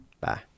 Bye